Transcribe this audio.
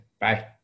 Bye